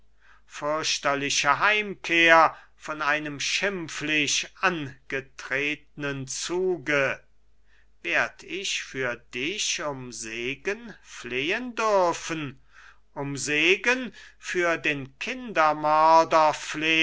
fürchterliche heimkehr von einem schimpflich angetretnen zuge werd ich für dich um segen flehen dürfen um segen für den